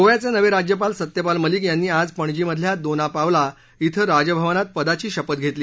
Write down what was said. गोव्याचे नवे राज्यपाल सत्यपाल मालिक यांनी आज पणजी मधल्या दोना पावला इथं राजभवनात पदाची शपथ घेतली